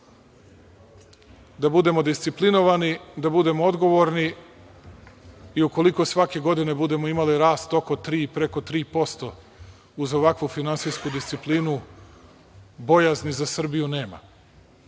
da budemo disciplinovani, da budemo odgovorni i ukoliko svake godine budemo imali rast oko 3%, preko 3%, uz ovakvu finansijsku disciplinu, bojazni za Srbiju nema